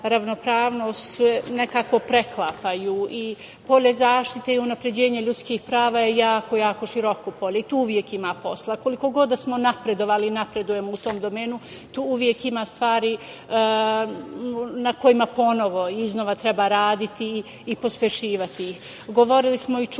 ravnopravnost se nekako preklapaju i polje zaštite i unapređenje ljudskih prava je jako široko polje i tu uvek ima posla. Koliko god da smo napredovali, napredujemo u tom domenu tu uvek ima stvari na kojima ponovo, iznova treba raditi i pospešivati ih. Govorili smo i čuli